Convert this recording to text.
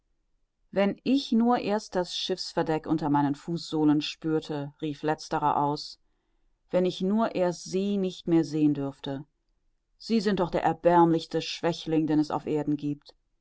wenn ich nur erst das schiffsverdeck unter meinen fußsohlen spürte rief letzterer aus wenn ich nur erst sie nicht mehr sehen dürfte sie sind doch der erbärmlichste schwächling den es auf erden giebt